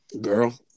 girl